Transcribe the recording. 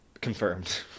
confirmed